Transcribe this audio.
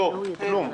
לא כלום.